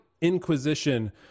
Inquisition